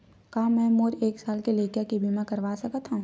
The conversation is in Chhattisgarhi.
का मै मोर एक साल के लइका के बीमा करवा सकत हव?